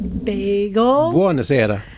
Bagel